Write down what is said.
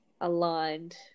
aligned